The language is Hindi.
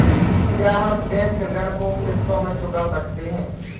क्या हम बैंक ऋण को किश्तों में चुका सकते हैं?